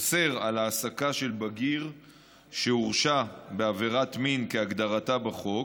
אוסר העסקה של בגיר שהורשע בעבירת מין כהגדרתה בחוק